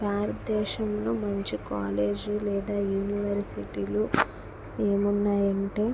భారత దేశంలో మంచి కాలేజీలు యూనివర్సిటీలు ఏమున్నాయంటే